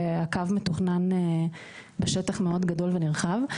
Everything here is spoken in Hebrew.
והקו מתוכנן בשטח מאוד גדול ונרחב.